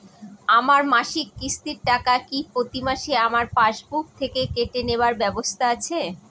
আমার মাসিক কিস্তির টাকা কি প্রতিমাসে আমার পাসবুক থেকে কেটে নেবার ব্যবস্থা আছে?